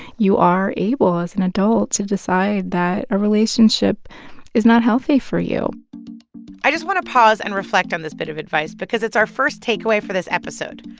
you are able, as an adult, to decide that a relationship is not healthy for you i just want to pause and reflect on this bit of advice because it's our first takeaway for this episode.